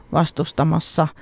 vastustamassa